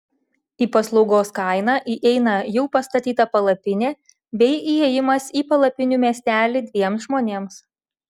į paslaugos kainą įeina jau pastatyta palapinė bei įėjimas į palapinių miestelį dviems žmonėms